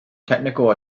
technical